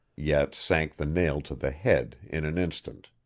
yet sank the nail to the head in an instant.